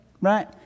right